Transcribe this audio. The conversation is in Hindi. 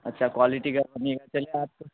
अच्छा क्वालिटी का चले आते